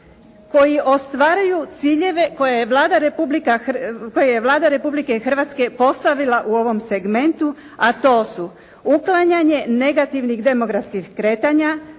koji ostvaruju ciljeve koje je Vlada Republike Hrvatske postavila u ovom segmentu, a to su uklanjanje negativnih demografskih kretanja,